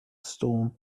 storm